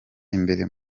imbere